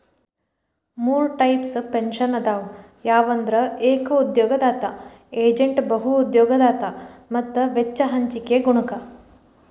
ಮೂರ್ types pension ಅದಾವ ಯಾವಂದ್ರ ಏಕ ಉದ್ಯೋಗದಾತ ಏಜೇಂಟ್ ಬಹು ಉದ್ಯೋಗದಾತ ಮತ್ತ ವೆಚ್ಚ ಹಂಚಿಕೆ ಗುಣಕ